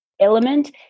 element